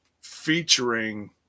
featuring